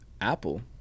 Apple